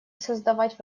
создавать